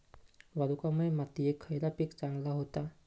वालुकामय मातयेत खयला पीक चांगला होता?